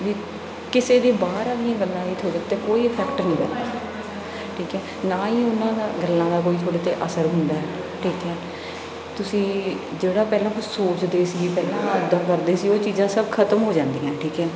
ਵੀ ਕਿਸੇ ਦੇ ਬਾਹਰ ਵਾਲੀਆਂ ਗੱਲਾਂ ਵੀ ਤੁਹਾਡੇ ਉੱਤੇ ਕੋਈ ਇਫੈਕਟ ਨਹੀਂ ਪੈਂਦਾ ਠੀਕ ਹੈ ਨਾ ਹੀ ਉਹਨਾਂ ਦਾ ਗੱਲਾਂ ਦਾ ਕੋਈ ਤੁਹਾਡੇ 'ਤੇ ਅਸਰ ਹੁੰਦਾ ਠੀਕ ਹੈ ਤੁਸੀਂ ਜਿਹੜਾ ਪਹਿਲਾਂ ਕੁਝ ਸੋਚਦੇ ਸੀ ਪਹਿਲਾਂ ਐਦਾਂ ਕਰਦੇ ਸੀ ਉਹ ਚੀਜ਼ਾਂ ਸਭ ਖ਼ਤਮ ਹੋ ਜਾਂਦੀਆਂ ਠੀਕ ਹੈ